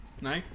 No